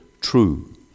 true